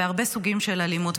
הרבה סוגים של אלימות.